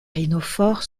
rhinophores